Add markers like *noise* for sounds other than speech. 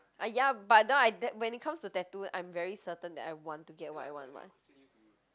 ah ya but now I *noise* when it comes to tattoo I'm very certain that I want to get what I want [what]